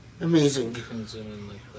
Amazing